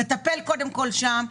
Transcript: נטפל קודם כל שם.